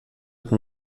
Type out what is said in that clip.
com